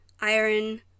iron